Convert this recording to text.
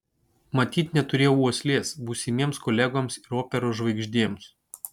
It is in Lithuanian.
matyt neturėjau uoslės būsimiems kolegoms ir operos žvaigždėms